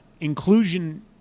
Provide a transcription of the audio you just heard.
Inclusion